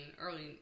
early